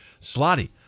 Slotty